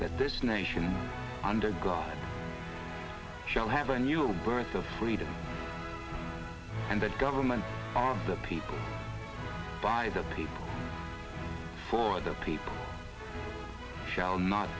that this nation under god shall have a new birth of freedom and that government of the people by the people for the people shall not